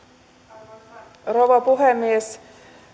arvoisa rouva puhemies myös